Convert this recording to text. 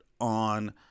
on